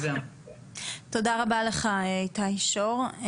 תודה רבה לך איתי שור.